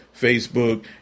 facebook